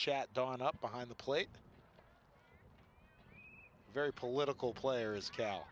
chad on up behind the plate very political players ca